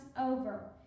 over